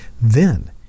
Then